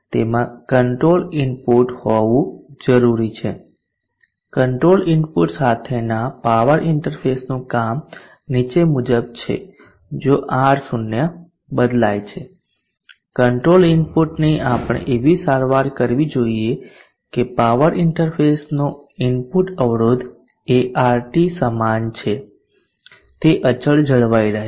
તેમાં control input હોવું જરૂરી છે કંટ્રોલ ઇનપુટ સાથેના પાવર ઇન્ટરફેસનું કામ નીચે મુજબ છે જો R0 બદલાય છે કંટ્રોલ ઇનપુટ ની આપણે એવી સારવાર કરવી જોઈએ કે પાવર ઇન્ટરફેસનો ઇનપુટ અવરોધ જે RT સમાન છે તે અચળ જળવાઈ રહે